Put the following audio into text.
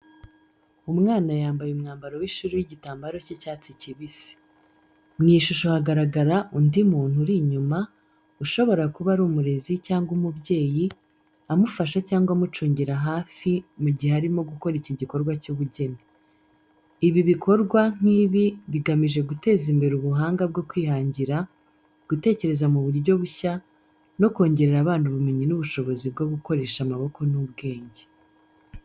Umwana yambaye umwambaro w’ishuri w’igitambaro cy’icyatsi kibisi. Mu ishusho hagaragaramo undi muntu uri inyuma, ushobora kuba ari umurezi cyangwa umubyeyi, amufasha cyangwa amucungira hafi mu gihe arimo gukora iki gikorwa cy’ubugeni. Ibi bikorwa nk’ibi bigamije guteza imbere ubuhanga bwo kwihangira, gutekereza mu buryo bushya, no kongerera abana ubumenyi n’ubushobozi bwo gukoresha amaboko n’ubwenge.